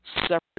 separate